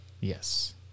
Yes